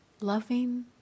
Loving